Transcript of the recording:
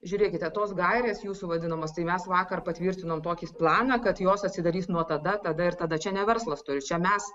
žiūrėkite tos gairės jūsų vadinamos tai mes vakar patvirtinom tokį planą kad jos atsidarys nuo tada tada ir tada čia ne verslas turi čia mes